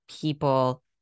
people